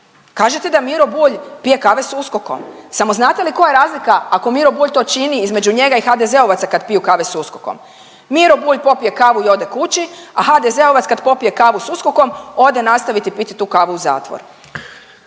Kažete da Miro Bulj pije kave s USKOK-om samo znate li koja je razlika ako Miro Bulj to čini između njega i HDZ-ovaca kad piju kave s USKOK-om? Miro Bulj popije kavu i ode kući, a HDZ-ovac kad popije kavu s USKOK-om ode nastaviti piti tu kavu u zatvor.